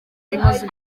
imaze